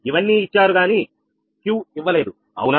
ఇవన్నీ ఇచ్చారు గాని Q ఇవ్వలేదు అవునా